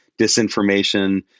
disinformation